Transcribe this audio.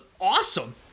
awesome